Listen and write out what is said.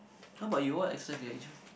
how about you what exercise do you enjoy